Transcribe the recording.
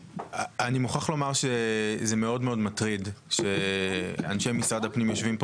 אני מוכרח לומר שזה מאוד מאוד מטריד שאנשי משרד הפנים יושבים פה